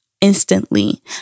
instantly